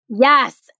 Yes